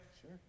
Sure